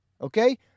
Okay